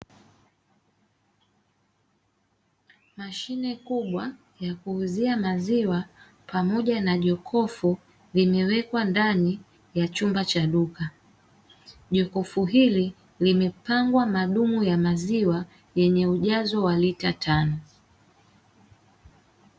Mashine kubwa ya kuuzia maziwa pamoja na jokofu limewekwa ndani ya chumba cha duka. Jokofu hili limepangwa madumu ya maziwa yenye ujazo wa lita tano.